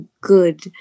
good